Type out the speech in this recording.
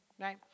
right